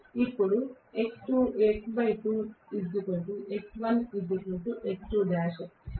ఇప్పుడు